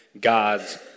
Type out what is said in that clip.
God's